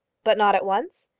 but not at once?